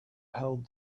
held